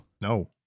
No